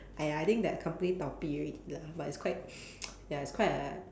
!aiya! I think that company already lah but it's quite ya it's quite a